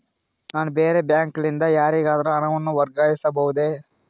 ನಾನು ಬೇರೆ ಬ್ಯಾಂಕ್ ಲಿಂದ ಯಾರಿಗಾದರೂ ಹಣವನ್ನು ವರ್ಗಾಯಿಸಬಹುದೇ?